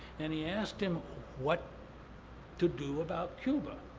and he asked him what to do about cuba.